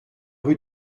rue